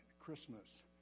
Christmas